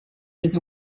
was